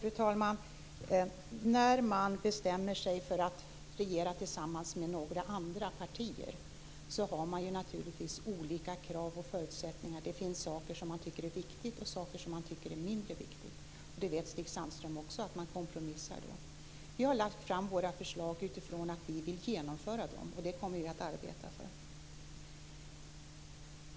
Fru talman! När flera partier bestämmer sig för att regera tillsammans har man naturligtvis olika krav och förutsättningar. Det finns saker som man tycker är viktiga och saker som man tycker är mindre viktiga, och Stig Sandström vet också att man då måste kompromissa. Vi har lagt fram våra förslag utifrån att vi vill genomföra dem, och det kommer vi att arbeta för.